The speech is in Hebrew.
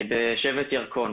אני בשבט ירקון,